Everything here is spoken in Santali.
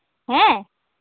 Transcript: ᱦᱮᱸ